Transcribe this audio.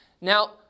Now